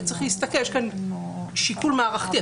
ויש כאן שיקול מערכתי,